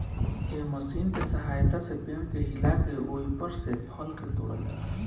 एह मशीन के सहायता से पेड़ के हिला के ओइपर से फल के तोड़ल जाला